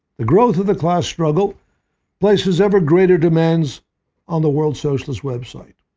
the growth of the class struggle places ever greater demands on the world socialist web site.